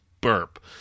burp